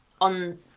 on